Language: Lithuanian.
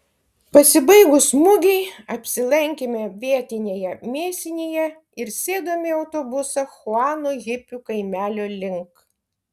pasibaigus mugei apsilankėme vietinėje mėsinėje ir sėdome į autobusą chuano hipių kaimelio link